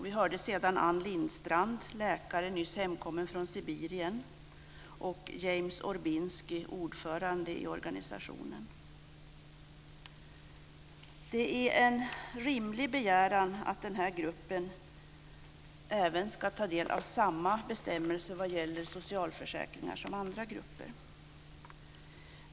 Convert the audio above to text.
Vi hörde sedan Ann Lindstrand, läkare nyss hemkommen från Sibirien, och James Orbinski, ordförande i organisationen. Det är en rimlig begäran att denna grupp även ska ta del av samma bestämmelser vad gäller socialförsäkringar som andra grupper.